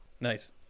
Nice